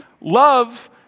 Love